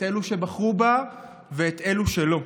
את אלו שבחרו בה ואת אלו שלא,